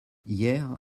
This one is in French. hier